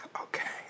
Okay